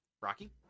Rocky